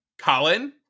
Colin